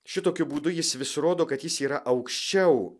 šitokiu būdu jis vis rodo kad jis yra aukščiau